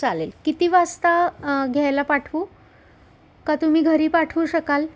चालेल किती वाजता घ्यायला पाठवू का तुम्ही घरी पाठवू शकाल